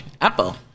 Apple